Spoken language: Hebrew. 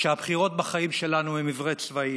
שהבחירות בחיים שלנו הן עיוורות צבעים,